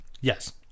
Yes